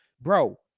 Bro